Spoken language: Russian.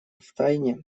втайне